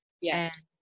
Yes